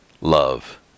love